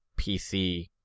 PC